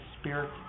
spirit